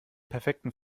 perfekten